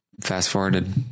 fast-forwarded